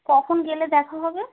কখন গেলে দেখা হবে